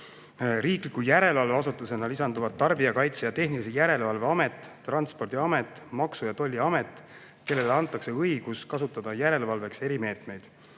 Riikliku järelevalveasutusena lisanduvad Tarbijakaitse ja Tehnilise Järelevalve Amet, Transpordiamet ning Maksu- ja Tolliamet, kellele antakse õigus kasutada järelevalveks erimeetmeid.